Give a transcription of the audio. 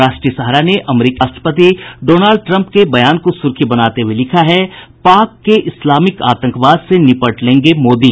राष्ट्रीय सहारा ने अमरीकी राष्ट्रपति डोनाल्ड ट्रम्प के बयान को सुर्खी बनाते हुये लिखा है पाक के इस्लामिक आतंकवाद से निपट लेगें मोदी